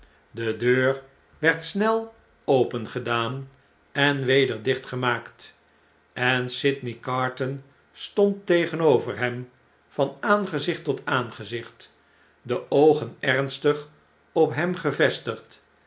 de deur werd snel opengedaan en weder dichtgemaakt en sydney carton stond tegenover hem van aangezicht tot aangezicht de oogen ernstig op hem gevestigd